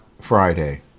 Friday